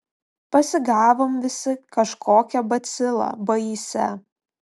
pasigavom visi kažkokią bacilą baisią